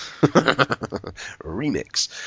Remix